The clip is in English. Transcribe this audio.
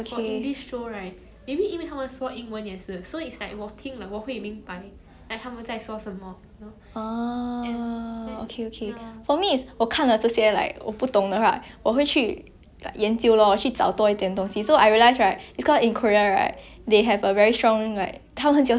ah okay okay for me right it's 我看了这些 like 我不懂得 right 我会去研究 lor 我去找多一点东西:wo qu zhaoa duo yi dian dong xi so I realise right in korea right they have a very strong like 他们很喜欢喝酒 like they always will gather with their colleagues then then they go one place and they drink after work